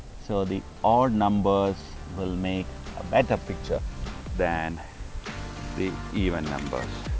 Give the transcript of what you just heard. so, the odd numbers will make a better picture than the even numbers